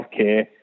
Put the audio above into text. healthcare